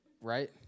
Right